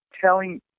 telling